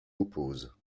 opposent